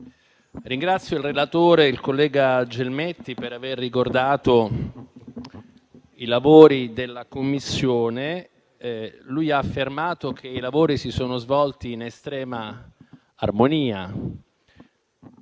ringrazio il relatore, collega Gelmetti, per aver ricordato i lavori della Commissione. Egli ha affermato che i lavori si sono svolti in estrema armonia;